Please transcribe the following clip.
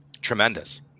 tremendous